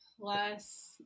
plus